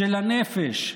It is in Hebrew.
של הנפש.